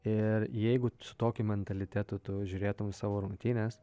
ir jeigu su tokiu mentalitetu tu žiūrėtum savo rungtynes